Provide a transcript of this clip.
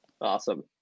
Awesome